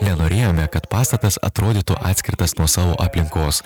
nenorėjome kad pastatas atrodytų atskirtas nuo savo aplinkos